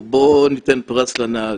או בוא ניתן פרס לנהג.